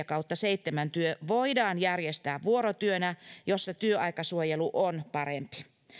kautta seitsemän työ voidaan järjestää vuorotyönä jossa työaikasuojelu on parempi